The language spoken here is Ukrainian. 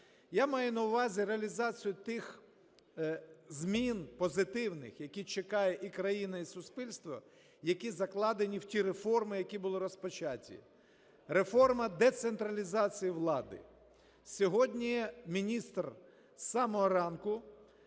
Я маю на увазі реалізацію тих змін позитивних, які чекає і країна, і суспільство, які закладені в ті реформи, які були розпочаті. Реформа децентралізації влади. Сьогодні міністр з самого ранку